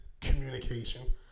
communication